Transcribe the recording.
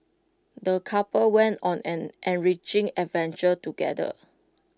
the couple went on an enriching adventure together